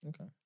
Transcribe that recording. okay